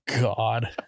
god